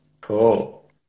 Cool